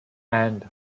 and